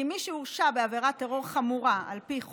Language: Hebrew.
מי שהורשע בעבירת טרור חמורה על פי חוק,